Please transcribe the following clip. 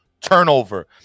Turnover